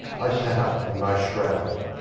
i sat up in my shroud.